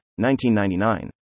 1999